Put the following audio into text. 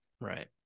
Right